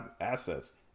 assets